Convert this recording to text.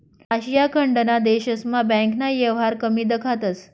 आशिया खंडना देशस्मा बँकना येवहार कमी दखातंस